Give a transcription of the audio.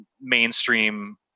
mainstream